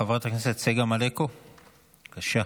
חברת הכנסת צגה מלקו, בבקשה.